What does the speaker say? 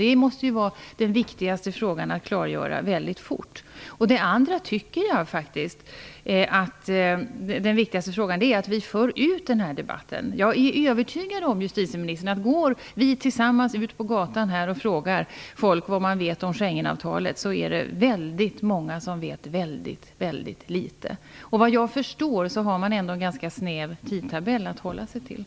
Det måste ju vara den viktigaste frågan att klargöra väldigt fort. En annan viktig fråga är att vi för ut denna debatt. Jag är övertygad om, justitieministern, att går vi gemensamt ut på gatan här och frågar folk vad de vet om Schengenavtalet, så är det väldigt många som vet väldigt litet. Såvitt jag förstår har man en ganska snäv tidtabell att hålla sig till.